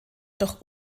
doch